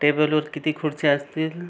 टेबलवर किती खुर्च्या असतील